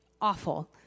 awful